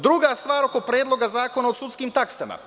Druga stvar oko Predloga zakona o sudskim taksama.